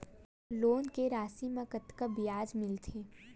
Loan के राशि मा कतका ब्याज मिलथे?